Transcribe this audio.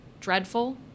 dreadful